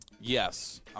yes